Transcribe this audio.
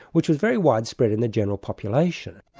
which was very widespread in the general population.